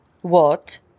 What